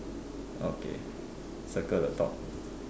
okay circle the top